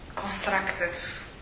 Constructive